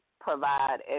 provide